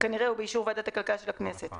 ובאישור ועדת הכלכלה של הכנסת,